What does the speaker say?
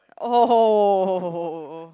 oh